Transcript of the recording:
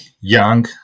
young